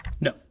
No